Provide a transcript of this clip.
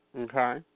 Okay